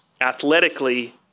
athletically